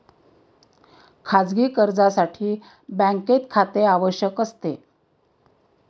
खाजगी कर्जासाठी बँकेत खाते आवश्यक असते